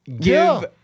give